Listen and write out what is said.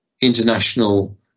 international